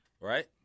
right